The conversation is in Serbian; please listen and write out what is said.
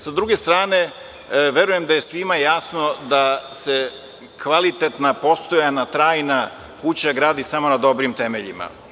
Sa druge strane, verujem da je svima jasno da se kvalitetna, postojana, trajna kuća gradi samo na dobrim temeljima.